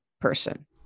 person